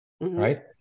right